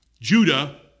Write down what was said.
Judah